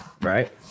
right